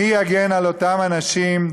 מי יגן על אותם אנשים,